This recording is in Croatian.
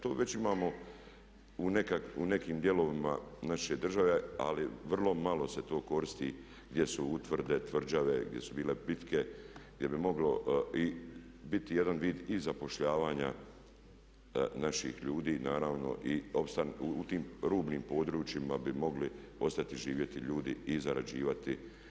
Tu već imamo u nekim dijelovima naše države ali vrlo malo se tu koristi gdje su utvrde, tvrđave, gdje su bile bitne gdje bi moglo i biti jedan vid i zapošljavanja naših ljudi naravno i u tim rubnim područjima bi mogli ostati živjeti ljudi i zarađivati.